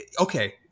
okay